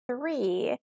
three